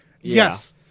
yes